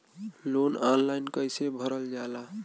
Loan online कइसे भरल जाला?